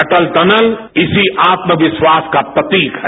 अटल tunnel इसी आत्मविश्वास का प्रतीक है